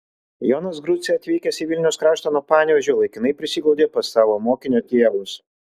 jonas grucė atvykęs į vilniaus kraštą nuo panevėžio laikinai prisiglaudė pas savo mokinio tėvus